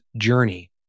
journey